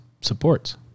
supports